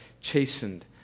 chastened